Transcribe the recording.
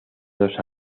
dos